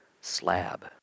slab